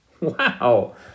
Wow